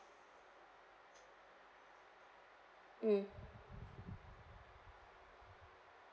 mm